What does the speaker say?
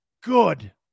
Good